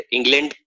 England